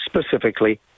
specifically